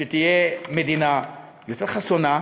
כשהיא מדינה יותר חסונה,